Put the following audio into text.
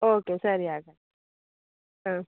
okay ಸರಿ ಆಗ ಹಾಂ